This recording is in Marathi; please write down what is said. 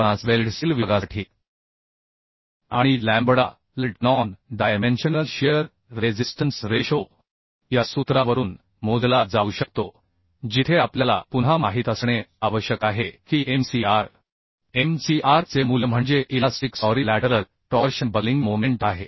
49 वेल्डेड स्टील विभागासाठी आणि lambda lt non dimensional shear resistance ratio या सूत्रावरून मोजला जाऊ शकतो जिथे आपल्याला पुन्हा माहित असणे आवश्यक आहे की mcr mcr चे मूल्य म्हणजे elastic sorry lateral torsion buckling moment आहे